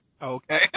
Okay